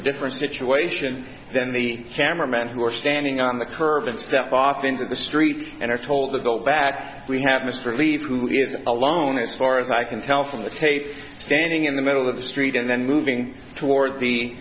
a different situation than the cameramen who are standing on the curb stepped off into the street and are told to go back we have mr levy who is alone as far as i can tell from the tape standing in the middle of the street and then moving toward the